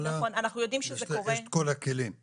יש את כל הכלים להבהיל אותם.